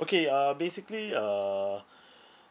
okay uh basically uh